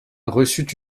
reçut